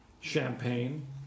Champagne